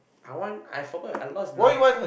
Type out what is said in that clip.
I want I forgot I lost num~